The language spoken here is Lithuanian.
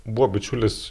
buvo bičiulis